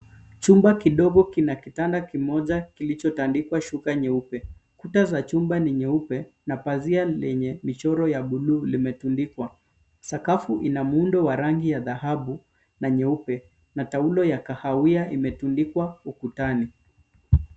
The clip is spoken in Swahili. Chumba kidogo kina kitanda kimoja kilichotandikwa shuka nyeupe. Kuta za chumba ni nyeupe na pazia lenye michoro ya bluu limetundikwa. Sakafu ina muundo wa rangi ya dhahabu na nyeupe na taulo ya kahawia imetundikwa ukutani.